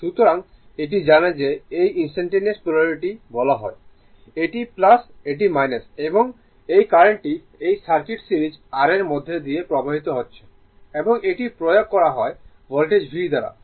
সুতরাং এটি জানে যে এটি ইনস্টানটানেওয়াস পোলারিটি বলা হয় এটি এটি এবং এই কারেন্টটি এই সার্কিট সিরিজ R এর মধ্য দিয়ে প্রবাহিত হচ্ছে এবং এটি প্রয়োগ করা হয় ভোল্টেজ V দ্বারা